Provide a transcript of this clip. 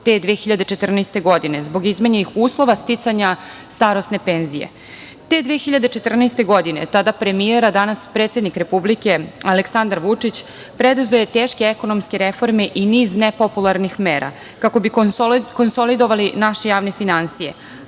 te 2014. godine zbog izmenjenih uslova sticanja starosne penzije. Te 2014. godine tada premijer, a danas predsednik Republike Aleksandar Vučić preduzeo je teške ekonomske reforme i niz nepopularnih mera kako bi konsolidovali naše javne finansije,